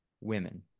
women